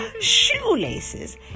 Shoelaces